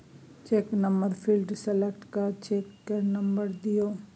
cheque number field select कए cheque केर number दियौ